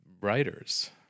writers